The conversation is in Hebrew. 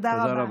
תודה רבה.